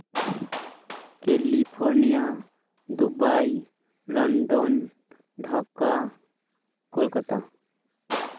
California Dubai London Dhaka Kolkata